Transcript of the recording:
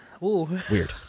weird